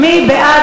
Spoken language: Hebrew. מי בעד